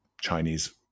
Chinese